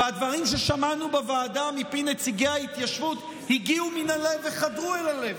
והדברים ששמענו בוועדה מפי נציגי ההתיישבות הגיעו מן הלב וחדרו אל הלב.